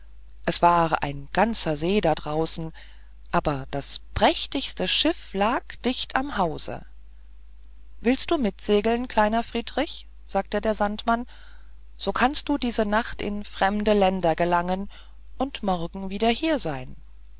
es war ein ganzer see da draußen aber das prächtigste schiff lag dicht am hause willst du mitsegeln kleiner friedrich sagte der sandmann so kannst du diese nacht in fremde länder gelangen und morgen wieder hier sein